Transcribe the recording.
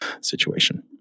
situation